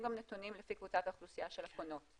גם נתונים לפי קבוצת האוכלוסייה של הפונות,